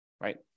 right